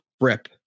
rip